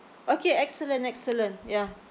okay excellent excellent ya